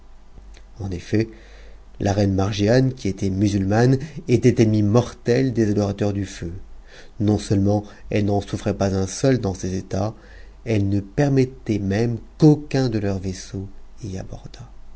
en effet la reine margiane qui était musulmane était ennemie mortelle des adorateurs du feu non-seulement elle n'en souffrait pas un seul dans ses états elle ne permettait même qu'aucun de leurs vaisseaux y abordât